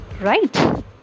right